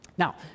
Now